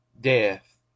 death